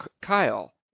kyle